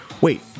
wait